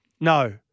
No